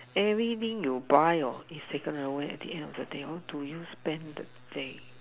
everything you buy or is taken away at the end of the day how do you spend the day